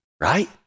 right